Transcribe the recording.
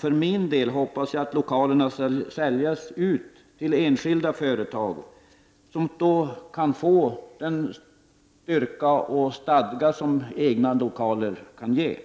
För min del hoppas jag att lokalerna skall säljas till enskilda företag, som då kan få den styrka och stadga som egna lokaler kan ge.